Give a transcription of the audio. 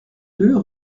deux